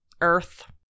Earth